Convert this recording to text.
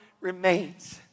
remains